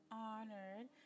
honored